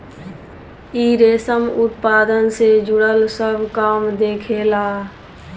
इ रेशम उत्पादन से जुड़ल सब काम देखेला